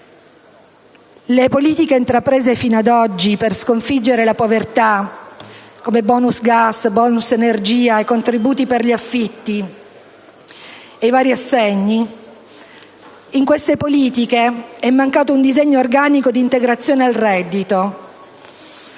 politiche intraprese fino ad oggi per sconfiggere la povertà, come il *bonus* gas*,* il *bonus* energia, i contributi per gli affitti e i vari assegni, è mancato un disegno organico di integrazione al reddito.